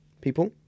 people